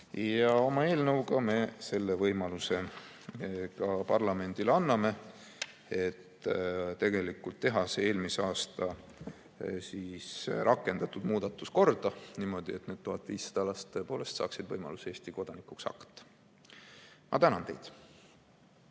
Oma eelnõuga me selle võimaluse parlamendile ka anname. Teeme selle eelmisel aastal rakendatud muudatuse korda niimoodi, et need 1500 last tõepoolest saaksid võimaluse Eesti kodanikuks hakata. Ma tänan teid!